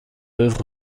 œuvre